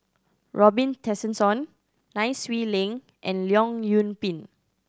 Robin Tessensohn Nai Swee Leng and Leong Yoon Pin